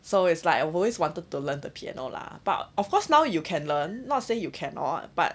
so it's like I've always wanted to learn the piano lah but of course now you can learn not say you cannot but